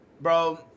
Bro